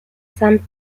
san